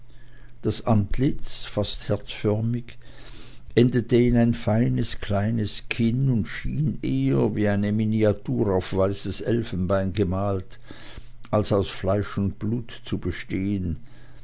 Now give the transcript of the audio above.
das antlitz fast herzförmig endigte in ein feines kleines kinn und schien eher wie eine miniatur auf weißes elfenbein gemalt als aus fleisch und blut zu bestehen